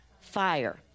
fire